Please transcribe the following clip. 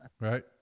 right